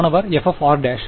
மாணவர் f r